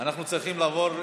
אנחנו צריכים לעבור סדנה,